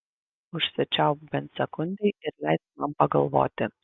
užsičiaupk bent sekundei ir leisk man pagalvoti